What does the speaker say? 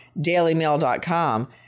DailyMail.com